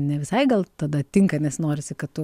ne visai gal tada tinka nes norisi kad tu